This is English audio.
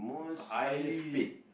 highly